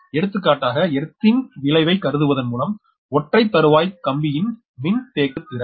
எடுத்துக்காட்டாக ஏர்த் ன் விளைவை கருதுவதன் மூலம் ஒற்றை தறுவாய் கம்பியின் மின்தேக்குத்திறன்